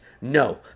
No